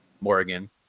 morgan